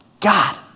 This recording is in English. God